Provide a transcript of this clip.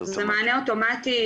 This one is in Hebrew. זה מענה אוטומטי,